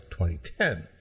2010